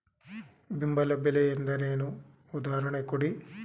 ಬೆಂಬಲ ಬೆಲೆ ಎಂದರೇನು, ಉದಾಹರಣೆ ಕೊಡಿ?